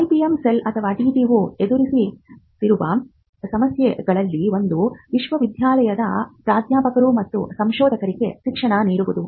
IPM cell ಅಥವಾ TTO ಎದುರಿಸುತ್ತಿರುವ ಸಮಸ್ಯೆಗಳಲ್ಲಿ ಒಂದು ವಿಶ್ವವಿದ್ಯಾಲಯದ ಪ್ರಾಧ್ಯಾಪಕರು ಮತ್ತು ಸಂಶೋಧಕರಿಗೆ ಶಿಕ್ಷಣ ನೀಡುವುದು